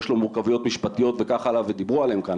יש לו מורכבויות משפטיות ודיברו עליהם כאן,